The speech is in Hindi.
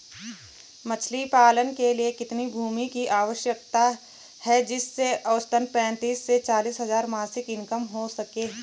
मछली पालन के लिए कितनी भूमि की आवश्यकता है जिससे औसतन पैंतीस से चालीस हज़ार मासिक इनकम हो सके?